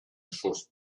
source